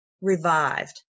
revived